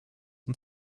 und